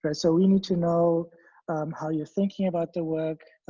but so we need to know how you're thinking about the work,